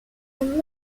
and